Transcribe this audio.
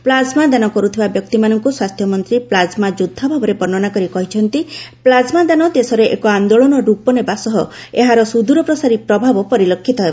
plasma ଦାନ କରୁଥିବା ବ୍ୟକ୍ତିମାନଙ୍କୁ ସ୍ୱାସ୍ଥ୍ୟମନ୍ତ୍ରୀ ପ୍ଲାଜମା ଯୋଦ୍ଧାଭାବେ ବର୍ଷ୍ଣନା କରି କହିଛନ୍ତି ପ୍ଲାଜମା ଦାନ ଦେଶରେ ଏକ ଆନ୍ଦୋଳନର ରୂପ ନେବା ସହ ଏହାର ସୁଦ୍ରପ୍ରସାରୀ ପ୍ରଭାବ ପରିଲକ୍ଷିତ ହେବ